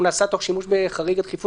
שהוא נעשה תוך בחריג הדחיפות.